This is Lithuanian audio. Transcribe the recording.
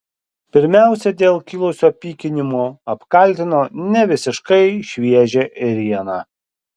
pirmiausia dėl kilusio pykinimo apkaltino nevisiškai šviežią ėrieną